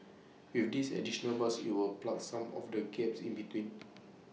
with this additional bus IT will plug some of the gaps in between